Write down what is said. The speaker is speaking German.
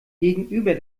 gegenüber